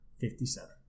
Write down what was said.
Fifty-seven